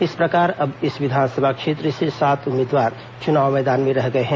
इस प्रकार अब इस विधानसभा क्षेत्र में सात उम्मीदवार चुनाव मैदान में रह गए हैं